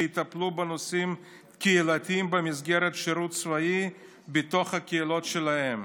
שיטפלו בנושאים קהילתיים במסגרת השירות הצבאי בתוך הקהילות שלהם.